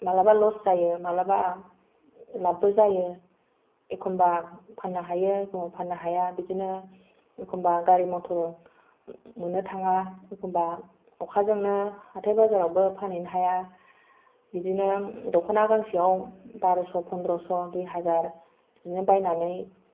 मालाबा लस जायो मालाबा लाबबो जायो एखनबा फाननो हायो एखनबा फाननो हाया बिदिनो गारि मथर मोननो थाङा एखनबा अखाजोंनो हाथाय बाजाराव फानहैनो हाया बिदिनो दख'ना गांसेयाव बारस' पनद्रस' दुइहाजार बिदिनो बायनानै